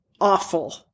awful